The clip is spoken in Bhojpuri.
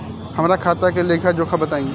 हमरा खाता के लेखा जोखा बताई?